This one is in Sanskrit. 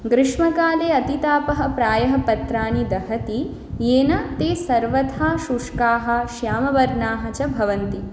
ग्रीष्मकाले अतितापः प्रायः पत्रानि दहति येन ते सर्वथा शुष्काः श्यामवर्णाः च भवन्ति